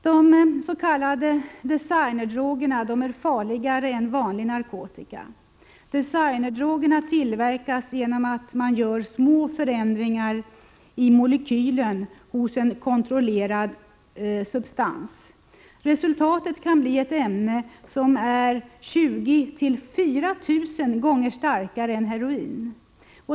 De s.k. designer drugs är farligare än vanlig narkotika. De tillverkas genom att man gör små förändringar i molekylen hos en kontrollerad substans. Resultatet kan bli ett ämne som är 20 till 4 000 gånger starkare än heroin.